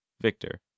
Victor